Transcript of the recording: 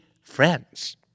friends